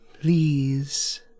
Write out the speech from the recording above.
please